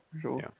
sure